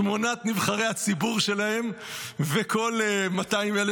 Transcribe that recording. שמונת נבחרי הציבור שלהם וכל 200,000